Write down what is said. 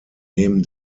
neben